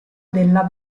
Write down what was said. della